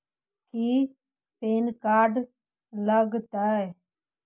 की PAN card लग तै?